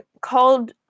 called